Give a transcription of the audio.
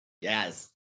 yes